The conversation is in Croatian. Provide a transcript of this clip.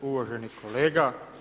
Uvaženi kolega.